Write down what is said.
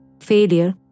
failure